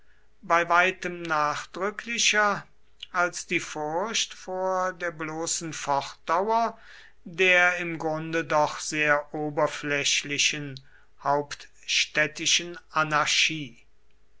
bei weitem nachdrücklicher als die furcht vor der bloßen fortdauer der im grunde doch sehr oberflächlichen hauptstädtischen anarchie